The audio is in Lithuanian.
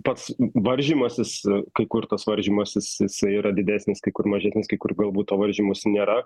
pats varžymasis kai kur tas varžymasis jisai yra didesnis kai kur mažesnis kai kur galbūt to varžymosi nėra